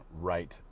right